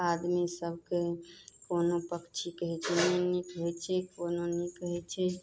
आदमी सबके कोनो पक्षी कहै छै नीक होइ छै कोनो नीक होइ छै